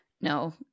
No